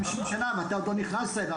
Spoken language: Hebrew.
--- חמישים שנה, ואתה לא נכנסת לזה.